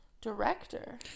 Director